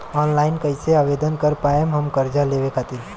Online कइसे आवेदन कर पाएम हम कर्जा लेवे खातिर?